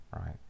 right